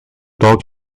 dog